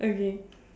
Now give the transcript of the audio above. okay